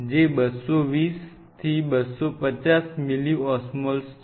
જે 220 250 મિલિઓસ્મોલ છે